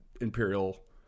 imperial